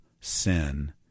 sin